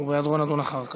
ובהיעדרו, נדון אחר כך.